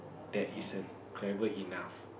that is err clever enough